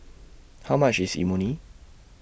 How much IS Imoni